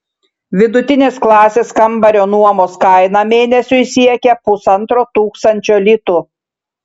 vidutinės klasės kambario nuomos kaina mėnesiui siekia pusantro tūkstančio litų